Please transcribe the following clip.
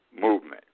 movement